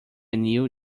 new